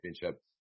championship